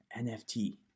NFT